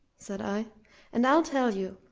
said i and i'll tell you,